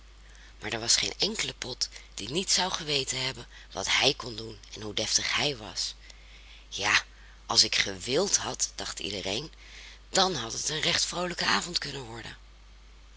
maar er was geen enkele pot die niet zou geweten hebben wat hij kon doen en hoe deftig hij was ja als ik gewild had dacht iedereen dan had het een recht vroolijke avond kunnen worden